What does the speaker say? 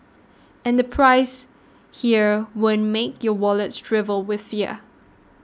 and the prices here won't make your wallet shrivel with fear